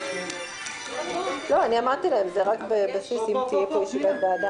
אני פותח את ישיבת הוועדה.